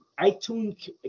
iTunes